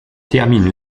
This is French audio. terminent